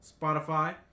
Spotify